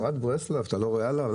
אתה לא רואה עליו?